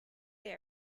they